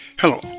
Hello